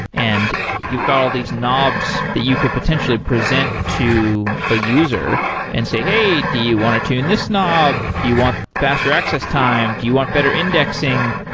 and you've got all these knobs that you could potentially present to a user and say, hey, do you want to tune this knob? do you want faster access time? do you want better indexing?